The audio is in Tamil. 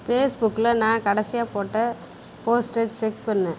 ஃபேஸ்புக்கில் நான் கடைசியாக போட்ட போஸ்ட்டை செக் பண்ணு